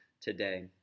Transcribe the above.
today